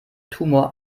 tumor